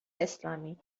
اسلامی